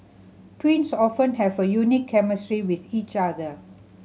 twins often have a unique chemistry with each other